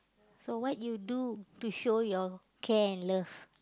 so what you do to show your care and love